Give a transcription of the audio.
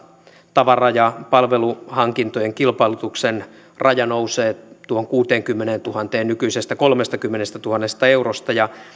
tavara ja palveluhankintojen kilpailutuksen raja nousee kuuteenkymmeneentuhanteen nykyisestä kolmestakymmenestätuhannesta eurosta